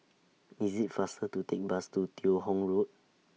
IS IT faster to Take Bus to Teo Hong Road